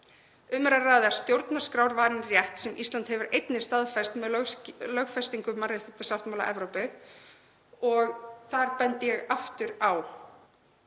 Um er að ræða stjórnarskrárvarinn rétt sem Ísland hefur einnig staðfest með lögfestingu mannréttindasáttmála Evrópu. Þar bendi ég aftur á